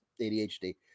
ADHD